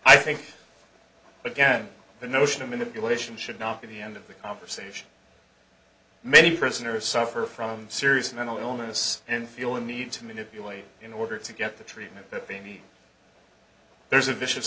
i think again the notion of manipulation should not be the end of the conversation many prisoners suffer from serious mental illness and feel a need to manipulate in order to get the treatment but maybe there's a vicious